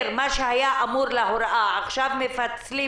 מה שהיה אמור להיות בהוראה עכשיו מפצלים